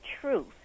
truth